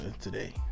today